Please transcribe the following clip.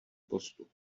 postup